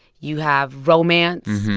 you have romance.